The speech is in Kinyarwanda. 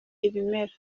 ibimera